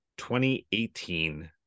2018